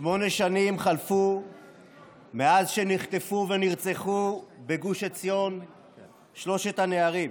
שמונה שנים חלפו מאז שנחטפו ונרצחו בגוש עציון שלושת הנערים